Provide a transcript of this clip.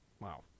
Wow